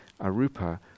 arupa